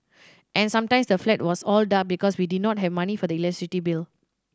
and sometimes the flat was all dark because we did not have money for the electricity bill